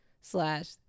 slash